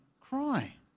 cry